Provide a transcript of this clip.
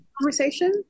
conversation